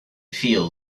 feel